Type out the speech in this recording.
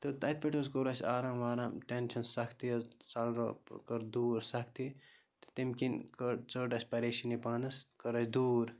تہٕ تَتہِ پٮ۪ٹھ حظ کوٚر اَسہِ آرام وارام ٹٮ۪نشَن سَختی حظ ژَلرٲو کٔر دوٗر سَختی تہٕ تَمۍ کِنۍ کٔڑ ژٔٹ اَسہِ پریشٲنی پانَس کٔر اَسہِ دوٗر